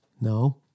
No